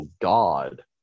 god